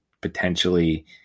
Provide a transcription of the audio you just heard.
potentially